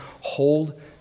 hold